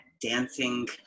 dancing